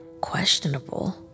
Questionable